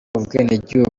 ubwenegihugu